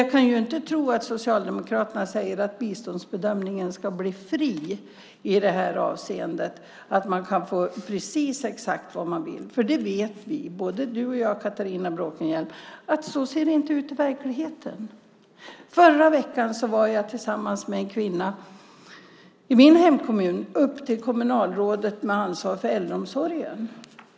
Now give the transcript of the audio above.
Jag kan ju inte tro att Socialdemokraterna säger att biståndsbedömningen ska bli fri i det här avseendet, att man ska kunna få precis vad man vill. För både du och jag, Catharina Bråkenhielm, vet att det inte ser ut så i verkligheten. Förra veckan var jag tillsammans med en kvinna i min hemkommun hos kommunalrådet med ansvar för äldreomsorgen.